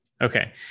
Okay